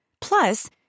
Plus